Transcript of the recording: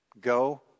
Go